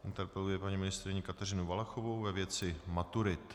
Interpeluje paní ministryni Kateřinu Valachovou ve věci maturit.